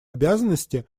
обязанности